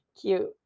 cute